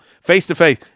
Face-to-face